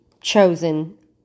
chosen